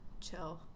chill